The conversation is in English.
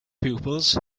pupils